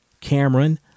Cameron